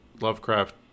Lovecraft